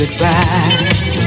goodbye